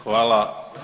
Hvala.